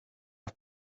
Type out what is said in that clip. are